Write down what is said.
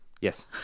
Yes